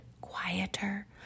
quieter